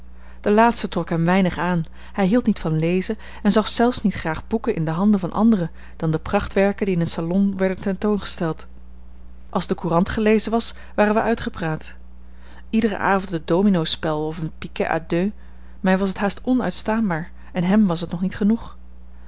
de laatste trok hem weinig aan hij hield niet van lezen en zag zelfs niet graag boeken in de handen van anderen dan de prachtwerken die in een salon worden tentoongesteld als de courant gelezen was waren wij uitgepraat iederen avond het dominospel of een piquet à deux mij was het haast onuitstaanbaar en hem was het nog niet genoeg